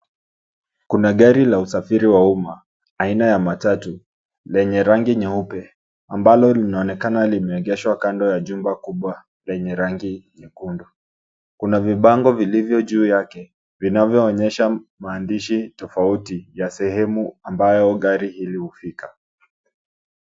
Kuna gari la usafiri wa umma, aina ya matatu, lenye rangi nyeupe, ambalo linaonekana limeegeshwa kando ya jumba kubwa lenye rangi nyekundu. Kuna vibango vilivyo juu yake vinavyoonyesha maandishi tofauti ya sehemu ambayo gari hili hufika.